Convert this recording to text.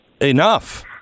enough